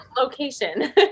location